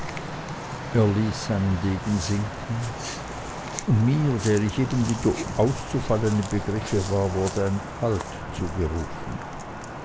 sinken und mir der ich eben wieder auszufallen im begriffe war wurde ein halt zugerufen